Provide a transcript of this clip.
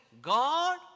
God